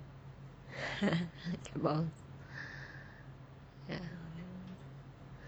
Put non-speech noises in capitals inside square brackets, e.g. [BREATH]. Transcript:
[LAUGHS] cat balls [BREATH] ya